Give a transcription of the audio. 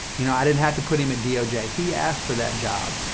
you know, i didn't have to put him at doj. he asked for that job.